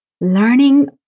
Learning